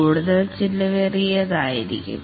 കൂടുതൽ ചിലവേറിയ ആയിരിക്കും